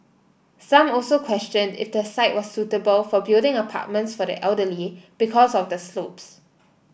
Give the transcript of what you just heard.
some also questioned if the site was suitable for building apartments for the elderly because of the slopes